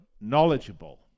knowledgeable